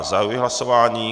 Zahajuji hlasování.